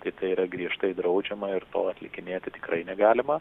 tai tai yra griežtai draudžiama ir to atlikinėti tikrai negalima